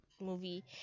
movie